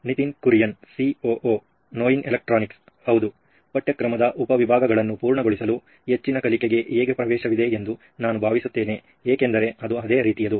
Nitin Kurian COO ನೋಯಿನ್ electronics ಹೌದು ಪಠ್ಯಕ್ರಮದ ಉಪಭಾಗಗಳನ್ನು ಪೂರ್ಣಗೊಳಿಸಲು ಹೆಚ್ಚಿನ ಕಲಿಕೆಗೆ ಹೇಗೆ ಪ್ರವೇಶವಿದೆ ಎಂದು ನಾನು ಭಾವಿಸುತ್ತೇನೆ ಏಕೆಂದರೆ ಅದು ಅದೇ ರೀತಿಯದು